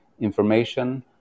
information